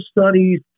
studies